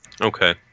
okay